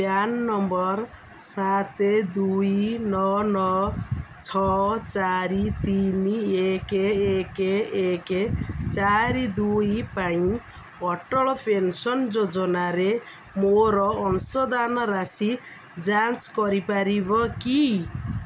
PAN number ସାତ ଦୁଇ ନଅ ନଅ ଛଅ ଚାରି ତିନି ଏକ ଏକ ଏକ ଚାରି ଦୁଇ ପାଇଁ ଅଟଳ ପେନ୍ସନ୍ ଯୋଜନାରେ ମୋର ଅଂଶଦାନ ରାଶି ଯାଞ୍ଚ କରିପାରିବ କି